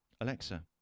Alexa